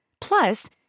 Plus